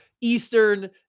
Eastern